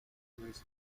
with